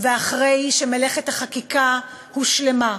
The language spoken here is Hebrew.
עוד מעט, אחרי שמלאכת החקיקה הושלמה,